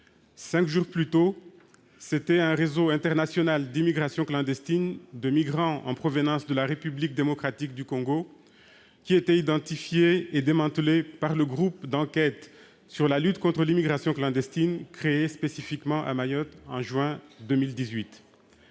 Cinq jours plus tôt, c'était un réseau international d'immigration clandestine de migrants en provenance de la République démocratique du Congo qui était identifié et démantelé par le groupe d'enquête sur la lutte contre l'immigration clandestine, le Gelic, créé spécifiquement à Mayotte en juin 2018.